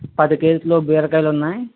పది కేజీలు బీరకాయలు ఉన్నాయి